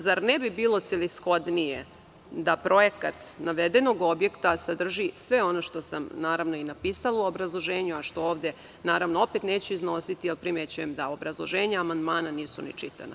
Zar ne bi bilo celishodnije da projekat navedenog objekta sadrži sve ono što sam i napisala u obrazloženju, a što ovde neću iznositi jer primećujem da obrazloženja amandmana nisu ni čitana?